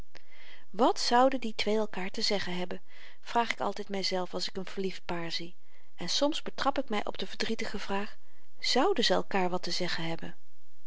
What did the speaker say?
wat zouden die twee elkaar te zeggen hebben vraag ik altyd myzelf als ik n verliefd paar zie en soms betrap ik my op de verdrietige vraag zouden ze elkaar wat te zeggen hebben